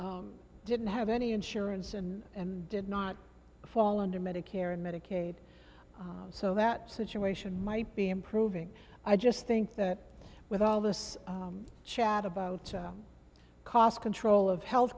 didn't have any insurance and and did not fall under medicare medicaid so that situation might be improving i just think that with all this chat about cost control of health